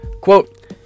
Quote